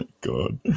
god